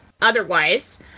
otherwise